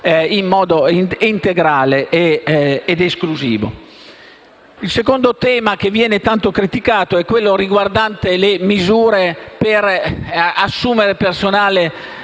Il secondo tema che viene tanto criticato è quello riguardante le misure per assumere personale amministrativo